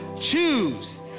choose